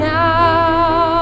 now